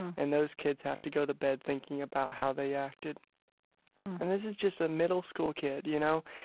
and those kids have to go to bed thinking about how they acted and this is just a middle school kid, you know.